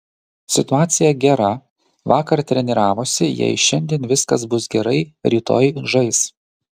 situacija gera vakar treniravosi jei šiandien viskas bus gerai rytoj žais